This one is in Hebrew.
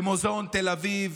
במוזיאון תל אביב,